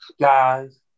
guys